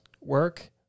work